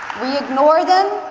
we ignore them.